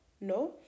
no